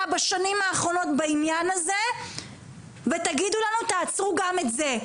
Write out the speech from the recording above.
בשנים האחרונות בעניין הזה ותגידו לנו 'תעצרו גם את זה',